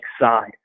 side